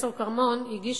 פרופסור כרמון, הגיש